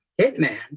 hitman